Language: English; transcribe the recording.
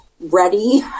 ready